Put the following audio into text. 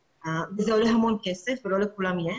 וזה עולה המון כסף ולא לכולן יש.